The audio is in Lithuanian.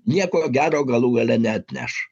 nieko gero galų gale neatneš